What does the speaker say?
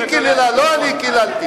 היא קיללה, לא אני קיללתי.